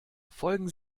folgen